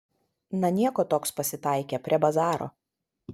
na nieko toks pasitaikė prie bazaro